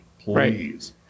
Please